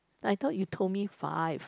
I thought you told me five